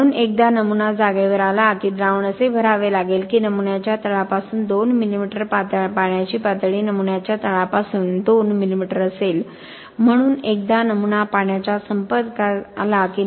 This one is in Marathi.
म्हणून एकदा नमुना जागेवर आला की द्रावण असे भरावे लागेल की नमुन्याच्या तळापासून 2 मिमी पाण्याची पातळी नमुन्याच्या तळापासून 2 मिमी असेल म्हणून एकदा नमुना पाण्याच्या संपर्कात आला की